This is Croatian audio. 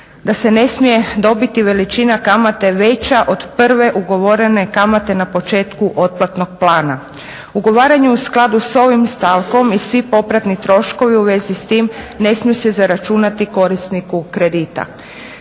da se ne smije dobiti veličina kamate veća od prve ugovorene kamate na početku otplatnog plana. Ugovaranje u skladu s ovim stavkom i svi popratni troškovi u vezi s tim ne smiju se zaračunati korisniku kredita.